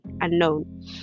unknown